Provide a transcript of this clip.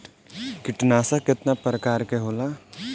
कीटनाशक केतना प्रकार के होला?